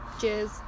Cheers